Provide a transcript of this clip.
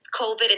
COVID